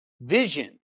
Vision